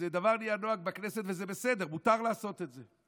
זה נהיה נוהג בכנסת וזה בסדר, מותר לעשות את זה.